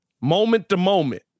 moment-to-moment